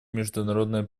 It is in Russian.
международное